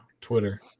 Twitter